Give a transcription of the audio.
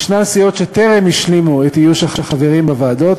יש סיעות שטרם השלימו את איוש החברים בוועדות,